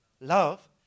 Love